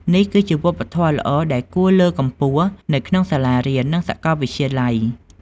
នេះគឺជាវប្បធម៌ល្អដែលគួរលើកកម្ពស់នៅក្នុងសាលារៀន និងសាកលវិទ្យាល័យ។